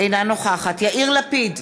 אינה נוכחת יאיר לפיד,